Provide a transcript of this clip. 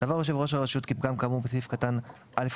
סבר יושב ראש הרשות כי פגם כאמור בסעיף קטן (א)(1)